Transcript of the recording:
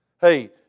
Hey